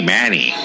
Manny